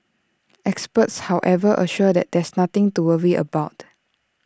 experts however assure that there's nothing to worry about